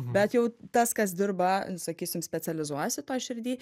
bet jau tas kas dirba sakysim specializuojasi toj širdy